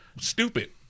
Stupid